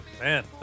Man